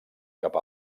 cap